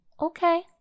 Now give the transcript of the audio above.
Okay